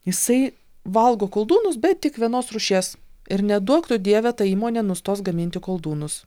jisai valgo koldūnus bet tik vienos rūšies ir neduok tu dieve ta įmonė nustos gaminti koldūnus